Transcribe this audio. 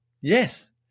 yes